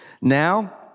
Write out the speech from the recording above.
Now